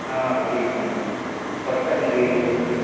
తీసుకోండి వస్తానండి వీలు చూసుకుని